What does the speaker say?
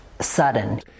sudden